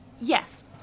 Yes